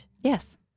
Yes